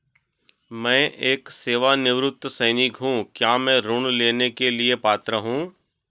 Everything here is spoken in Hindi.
मैं एक सेवानिवृत्त सैनिक हूँ क्या मैं ऋण लेने के लिए पात्र हूँ?